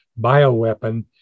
bioweapon